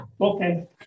Okay